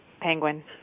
Penguin